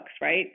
right